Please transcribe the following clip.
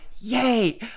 yay